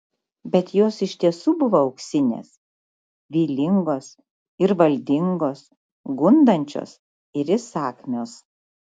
bet jos iš tiesų buvo auksinės vylingos ir valdingos gundančios ir įsakmios